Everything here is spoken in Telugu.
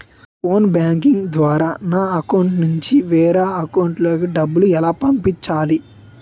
ఫోన్ బ్యాంకింగ్ ద్వారా నా అకౌంట్ నుంచి వేరే అకౌంట్ లోకి డబ్బులు ఎలా పంపించాలి?